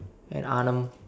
at Annam